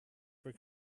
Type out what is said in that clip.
for